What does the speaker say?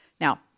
Now